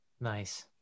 Nice